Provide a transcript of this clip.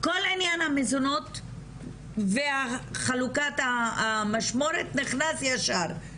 כל עניין המזונות וחלוקת המשמורת נכנס ישר.